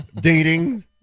Dating